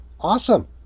awesome